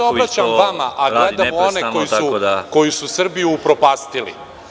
Ja se obraćam vama, a gledam u one koji su Srbiju upropastili.